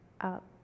up